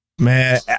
Man